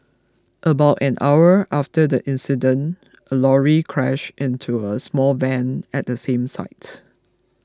about an hour after the incident a lorry crashed into a small van at the same site